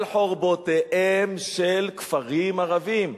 על חורבותיהם של כפרים ערביים.